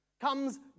comes